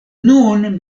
nun